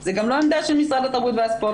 זה גם לא עמדה של משרד התרבות והספורט,